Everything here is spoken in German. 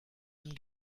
den